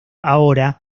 ahora